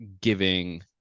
giving